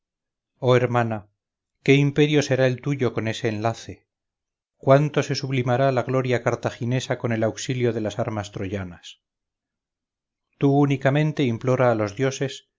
oh hermana qué imperio será el tuyo con ese enlace cuánto se sublimará la gloria cartaginesa con el auxilio de las armas troyanas tú únicamente implora a los dioses